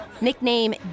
Nickname